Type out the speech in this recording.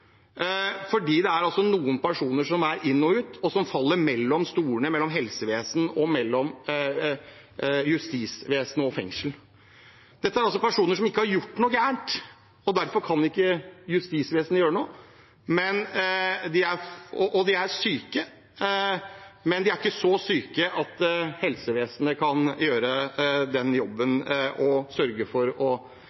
fordi det er noen personer som er inn og ut, og som faller mellom stolene, mellom helsevesen og justisvesen og fengsel. Dette er personer som ikke har gjort noe galt, og derfor kan ikke justisvesenet gjøre noe. De er syke, men de er ikke så syke at helsevesenet kan gjøre den jobben